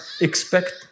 expect